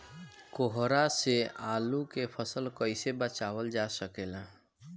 कोहरा से आलू के फसल कईसे बचावल जा सकेला?